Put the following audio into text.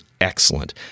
excellent